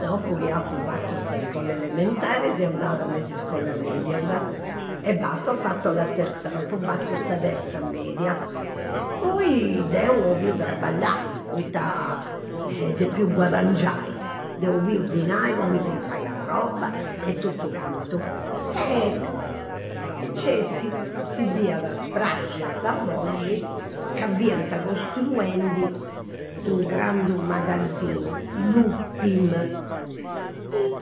Dopu chi apu fatu s'iscola elementari seu andat me is iscolas medias. E basta, ho fatto la terza, apu fatu sa terza media. Poi deu traballai, poita depiu guadangiai, deu 'oliu dinai po mi comporai arroba e totu cantu. E si fiat spraxia sa boxi ca costruendi u' grandu magasinu, l'upim. Hi,